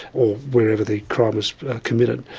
or wherever the crime is committed,